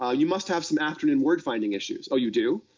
ah you must have some afternoon word-finding issues. oh, you do?